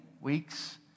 weeks